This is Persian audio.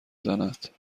زند